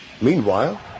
Meanwhile